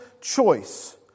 choice